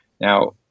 now